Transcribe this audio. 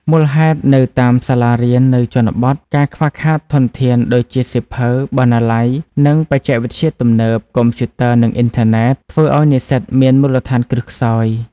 មូលហេតុនៅតាមសាលារៀននៅជនបទ ការខ្វះខាតធនធានដូចជាសៀវភៅ បណ្ណាល័យ និងបច្ចេកវិទ្យាទំនើប (កុំព្យូទ័រ និងអ៊ីនធឺណិត) ធ្វើឲ្យនិស្សិតមានមូលដ្ឋានគ្រឹះខ្សោយ។